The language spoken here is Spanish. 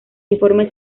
informe